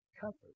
Comfort